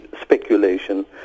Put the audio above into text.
speculation